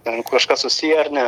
ten kažkas susiję ar ne